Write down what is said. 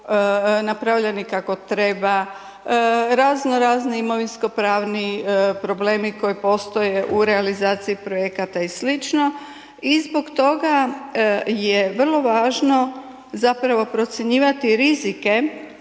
napravljeni kako treba, razno razni imovinsko pravni problemi koji postoje u realizaciji projekata i sl. i zbog toga je vrlo važno zapravo procjenjivati rizike